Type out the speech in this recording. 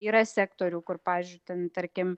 yra sektorių kur pavyzdžiui ten tarkim